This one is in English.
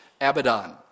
Abaddon